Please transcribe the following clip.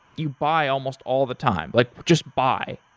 you buy almost all the time. like just buy